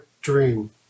dream